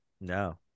no